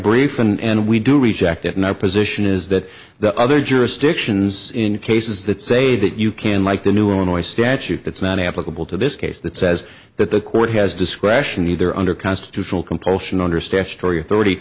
front and we do reject it in our position is that the other jurisdictions in cases that say that you can like the new annoys statute that's not applicable to this case that says that the court has discretion either under constitutional compulsion under statutory authority